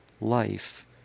life